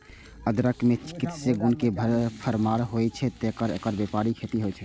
अदरक मे चिकित्सीय गुण के भरमार होइ छै, तें एकर व्यापक खेती होइ छै